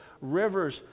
rivers